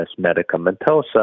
medicamentosa